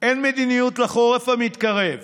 אין מדיניות לחורף המתקרב.